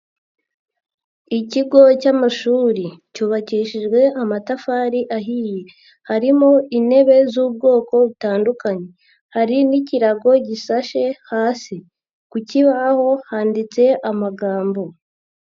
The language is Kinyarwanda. Ikigo cy'amashuri, cyubakishijwe amatafari ahiye harimo intebe z'ubwoko butandukanye hari n'ikirago gisashe hasi ku kibaho handitse amagambo.